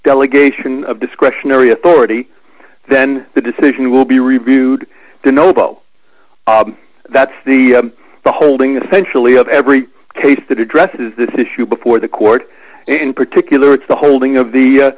delegation of discretionary authority then the decision will be reviewed the noble that's the the holding essentially of every case that addresses this issue before the court and particular it's the holding of the